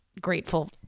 grateful